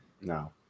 No